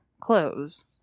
close